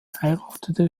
heiratete